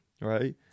right